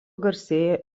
garsėja